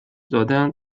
دادهاند